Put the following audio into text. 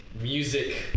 music